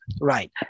Right